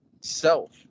self